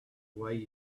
way